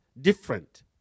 different